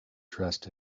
dressed